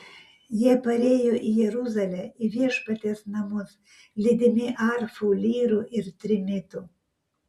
jie parėjo į jeruzalę į viešpaties namus lydimi arfų lyrų ir trimitų